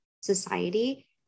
society